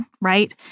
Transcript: right